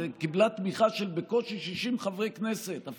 שקיבלה תמיכה של 60 חברי כנסת בקושי,